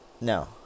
No